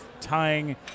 tying